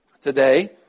today